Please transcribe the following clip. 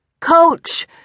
Coach